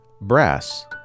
brass